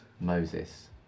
Moses